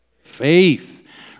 Faith